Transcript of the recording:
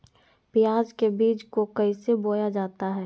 प्याज के बीज को कैसे बोया जाता है?